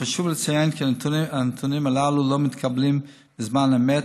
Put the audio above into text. חשוב לציין כי הנתונים הללו לא מתקבלים בזמן אמת,